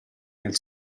nel